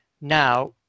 Now